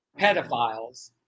pedophiles